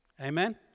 Amen